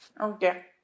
Okay